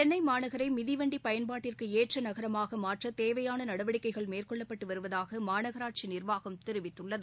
சென்னை மாநகரை மிதிவண்டி பயன்பாட்டிற்கு ஏற்ற நகரமாக மாற்ற தேவையான நடவடிக்கைகள் மேற்கொள்ளப்பட்டு வருவதாக மாநகராட்சி நிர்வாகம் தெரிவிததுள்ளது